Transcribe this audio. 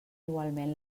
igualment